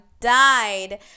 died